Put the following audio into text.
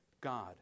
god